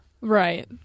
Right